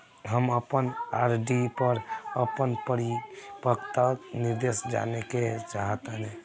हम अपन आर.डी पर अपन परिपक्वता निर्देश जानेके चाहतानी